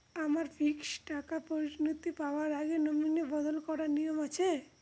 আমার ফিক্সড টাকা পরিনতি পাওয়ার আগে নমিনি বদল করার নিয়ম আছে?